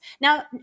Now